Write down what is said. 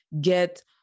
get